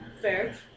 Fair